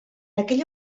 aquella